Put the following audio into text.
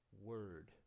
Word